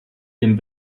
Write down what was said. dem